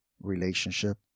relationship